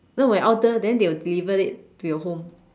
no when order then they'll deliver it to your home